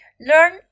learn